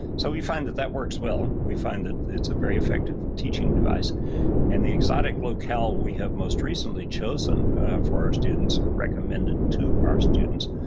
so we find that that works well. we find that it's a very effective teaching device and the exotic locale we have most recently chosen for our students, recommended to our students,